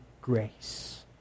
grace